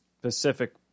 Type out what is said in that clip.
Pacific